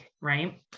Right